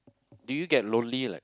do you get lonely like